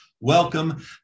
welcome